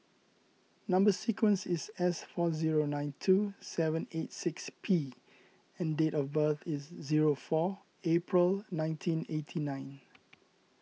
Number Sequence is S four zero nine two seven eight six P and date of birth is zero four April nineteen eighty nine